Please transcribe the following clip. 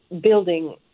building